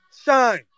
shine